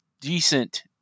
decent